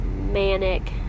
manic